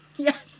Yes